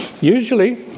usually